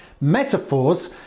Metaphors